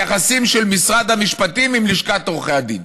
זה היחסים של משרד המשפטים עם לשכת עורכי הדין,